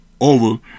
over